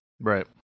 Right